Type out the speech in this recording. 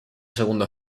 segundo